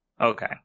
Okay